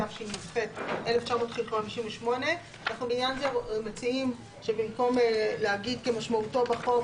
התשי"ח 1958‏; אנחנו בעניין זה מציעים שבמקום להגיד "כמשמעותו בחוק",